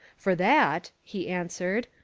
for that, he answered,